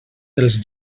dels